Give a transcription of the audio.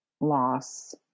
loss